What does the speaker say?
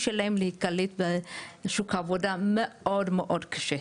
שלהם להיקלט בשוק העבודה מאוד מאוד קשה.